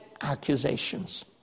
accusations